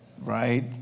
right